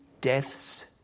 death's